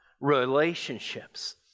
relationships